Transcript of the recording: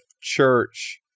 church